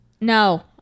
No